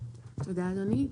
תודה, אדוני.